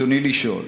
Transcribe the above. ברצוני לשאול: